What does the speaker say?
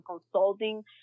consulting